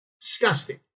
Disgusting